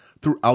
throughout